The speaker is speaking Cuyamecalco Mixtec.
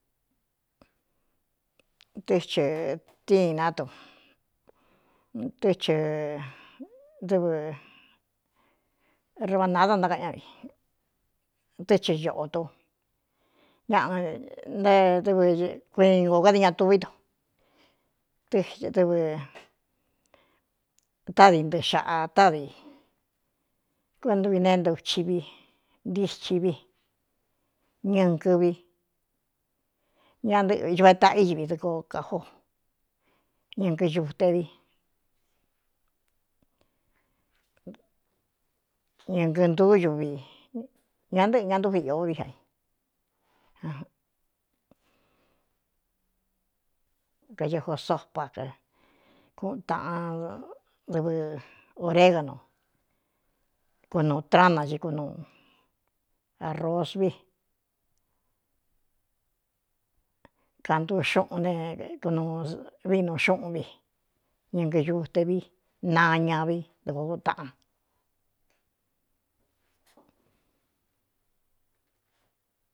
Tɨ chɨtiin ná du tɨ hɨ dɨvɨ rovanada nákaꞌa ñá vi tɨ́ chɨ ñoꞌotu ñaꞌa ntaédɨvɨ kuiin kō kadiɨ ña tuví tu ɨdɨvɨtádi ntɨꞌɨ xāꞌa ádi kuento vi ne é ntauchivi ntiichi vi ñɨɨv ña ɨꞌɨ uꞌve taꞌa ivi dɨ ko kājó ñɨɨ ueñɨɨnt uvi ña ntɨꞌɨ ña ntúv ió viꞌ ai kaējosopac kuꞌ taꞌan dɨvɨ ōreganu kunuu trana chɨkunuu ārosvi kantu xuꞌun ne kunuu vi nu xúꞌun vi ñɨkɨñutevi naña vi dɨkoo ku taꞌan.